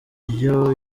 indyo